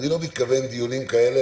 אני לא מתכוון לעשות דיונים כאלה